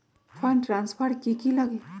Fund transfer कि की लगी?